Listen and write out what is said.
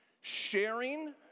Sharing